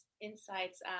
insights